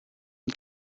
une